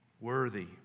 Worthy